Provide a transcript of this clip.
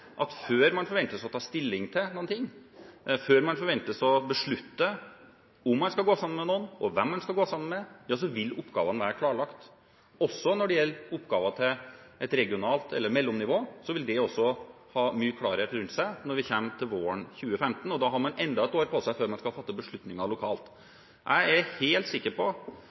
at før man forventes å ta stilling til noe, før man forventes å beslutte om man skal gå sammen med noen, og hvem man skal gå sammen med, vil oppgavene være klarlagt. Også når det gjelder oppgaver på et regionalt nivå eller mellomnivå, vil mye være klart når vi kommer til våren 2015, og da har man enda et år på seg før man skal fatte beslutninger lokalt. Jeg er helt sikker på